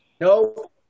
No